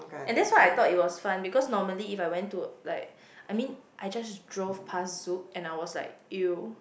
and that's why I thought it was fun because normally if I went to like I mean I just drove pass Zouk and I was like you